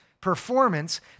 performance